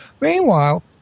Meanwhile